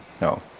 no